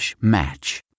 match